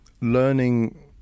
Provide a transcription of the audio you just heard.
learning